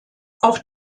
auch